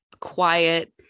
quiet